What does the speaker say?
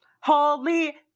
Holy